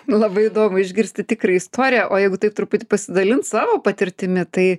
labai įdomu išgirsti tikrą istoriją o jeigu taip truputį pasidalint savo patirtimi tai